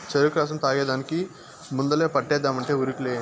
చెరుకు రసం తాగేదానికి ముందలే పంటేద్దామంటే ఉరుకులే